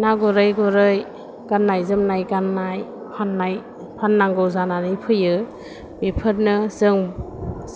ना गुरै गुरै गाननाय जोमनाय गाननाय फाननाय फाननांगौ जानानै फैयो बेफोरनो जों